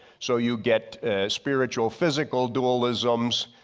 so you get spiritual-physical dualisms,